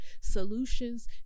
solutions